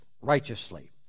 righteously